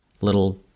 little